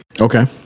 Okay